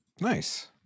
nice